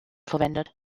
verwendet